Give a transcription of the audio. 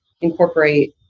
incorporate